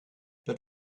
but